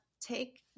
take